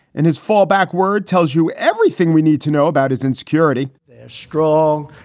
and his fallback word tells you everything we need to know about his insecurity they're strong,